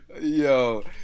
yo